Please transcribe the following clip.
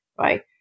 right